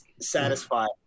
satisfied